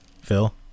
Phil